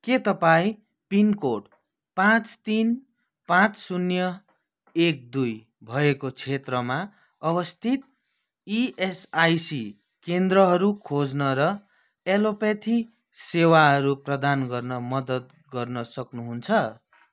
के तपाईँँ पिनकोड पाँच तिन पाँच शून्य एक दुई भएको क्षेत्रमा अवस्थित इएसआइसी केन्द्रहरू खोज्न र एलोप्याथी सेवाहरू प्रदान गर्न मद्दत गर्न सक्नुहुन्छ